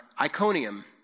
Iconium